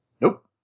Nope